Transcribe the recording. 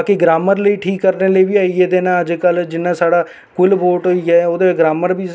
जिसले ओह मेरे होटल दे बाहर खड़ोता मेरे डैडी औरे गी कुसै ने फौन कीता डैडी औरे आखेआ तू केह् कीता साढ़ी बदनामी होई गेई इयां होई गेई